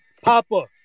Papa